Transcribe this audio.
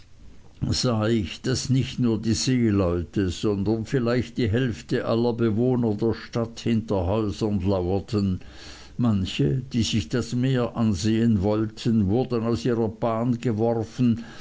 sah ich daß nicht nur die seeleute sondern vielleicht die hälfte aller bewohner der stadt hinter häusern lauerten manche die sich das meer ansehen wollten wurden aus ihrer bahn geworfen